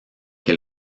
que